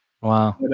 Wow